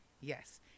Yes